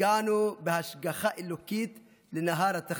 הגענו בהשגחה אלוקית לנהר תכזה,